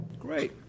Great